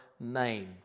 name